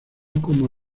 como